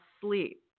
sleep